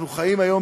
מה אני אגיד לכם,